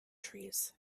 trees